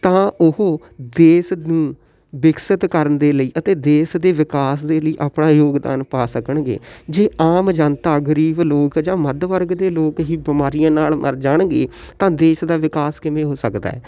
ਤਾਂ ਉਹ ਦੇਸ਼ ਨੂੰ ਵਿਕਸਿਤ ਕਰਨ ਦੇ ਲਈ ਅਤੇ ਦੇਸ਼ ਦੇ ਵਿਕਾਸ ਦੇ ਲਈ ਆਪਣਾ ਯੋਗਦਾਨ ਪਾ ਸਕਣਗੇ ਜੇ ਆਮ ਜਨਤਾ ਗਰੀਬ ਲੋਕ ਜਾਂ ਮੱਧ ਵਰਗ ਦੇ ਲੋਕ ਹੀ ਬਿਮਾਰੀਆਂ ਨਾਲ਼ ਮਰ ਜਾਣਗੇ ਤਾਂ ਦੇਸ਼ ਦਾ ਵਿਕਾਸ ਕਿਵੇਂ ਹੋ ਸਕਦਾ